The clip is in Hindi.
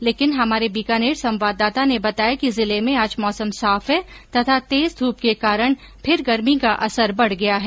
लेकिन हमारे बीकानेर संवाददाता ने बताया कि जिले में आज मौसम साफ है तथा तेज धूप के कारण फिर गर्मी का असर बढ गया है